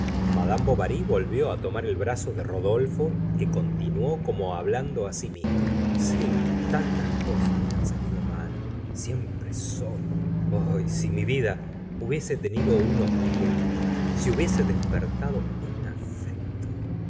madame bovary volvió á tomar el brazo de rodolfo que continuó como hablándose á si mismo si tantas cosas me han salido mal siempre solo oh si mi vida hubiese tenido un objeto si hubiese despertado un afecto si